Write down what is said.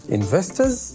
investors